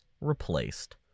Replaced